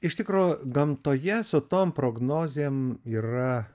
iš tikro gamtoje su tom prognozėm yra